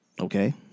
Okay